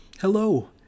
Hello